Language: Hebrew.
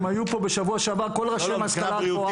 הם היו פה בשבוע שעבר, כל ראשי ההשכלה הגבוהה.